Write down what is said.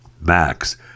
Max